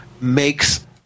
makes